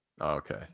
Okay